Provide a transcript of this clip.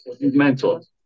Mental